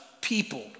people